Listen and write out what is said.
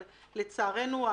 לצערנו,